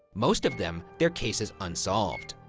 most of them, their cases unsolved.